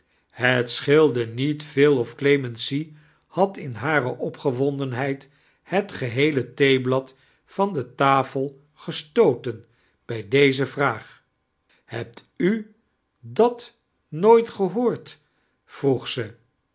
het sicheeme niet veal of clemency had in hare opgewondeniheid het gelieele tlieeblad van die tafel geistooten bij deze vraag hebt u dat niooit gehoord vroeg ze